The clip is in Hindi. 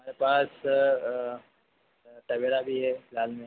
हमारे पास टबेरा बी है फ़िलहाल में